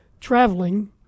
traveling